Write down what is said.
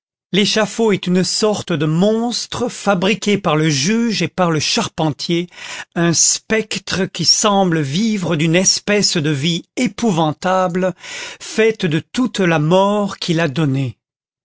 l'échafaud est une sorte de monstre fabriqué par le juge et par le charpentier un spectre qui semble vivre d'une espèce de vie épouvantable faite de toute la mort qu'il a donnée